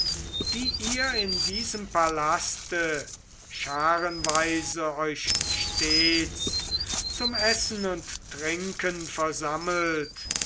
die ihr in diesem palaste scharenweise euch stets zum essen und trinken versammelt